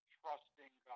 trusting